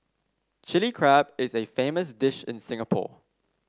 Chilli Crab is a famous dish in Singapore